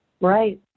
right